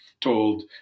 told